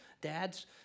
Dads